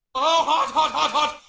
ah,